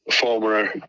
Former